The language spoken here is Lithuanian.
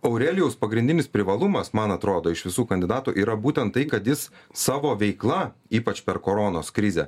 aurelijaus pagrindinis privalumas man atrodo iš visų kandidatų yra būtent tai kad jis savo veikla ypač per koronos krizę